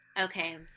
Okay